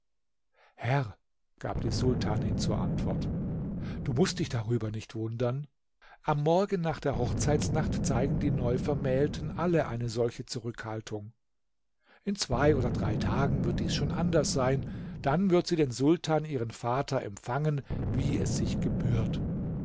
herr gab die sultanin zur antwort du mußt dich darüber nicht wundern am morgen nach der hochzeitsnacht zeigen die neuvermählten alle eine solche zurückhaltung in zwei oder drei tagen wird dies schon anders sein dann wird sie den sultan ihren vater empfangen wie es sich gebührt